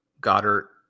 goddard